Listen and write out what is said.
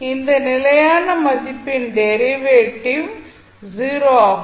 அந்த நிலையான மதிப்பின் டெரிவேட்டிவ் 0 ஆகும்